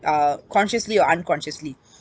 uh consciously or unconsciously